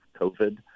COVID